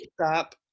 stop